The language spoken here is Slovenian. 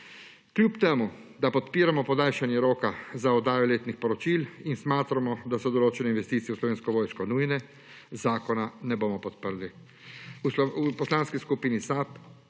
Kljub temu da podpiramo podaljšanje roka za oddajo letnih poročil in smatramo, da so določene investicije v Slovensko vojsko nujne, zakona ne bomo podprli. V Poslanski skupini SAB